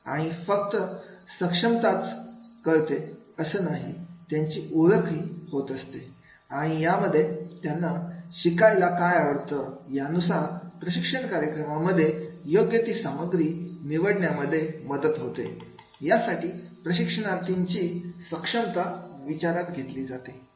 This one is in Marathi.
आणि फक्त सक्षमता च कळते असं नाही त्यांची ओळख होत असते आणि यामध्ये त्यांना शिकायला काय आवडतं यानुसार प्रशिक्षण कार्यक्रमांमध्ये योग्य ती सामग्री निवडण्या मध्ये मदत होते यासाठी प्रशिक्षणार्थींची सक्षमता विचारात घेतली जाते